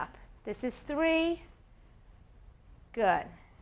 up this is three good